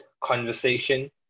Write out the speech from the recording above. conversation